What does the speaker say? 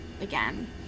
again